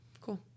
cool